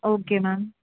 okay ma'am